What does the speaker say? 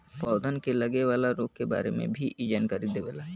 पौधन के लगे वाला रोग के बारे में भी इ जानकारी देवला